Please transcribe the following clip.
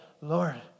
Lord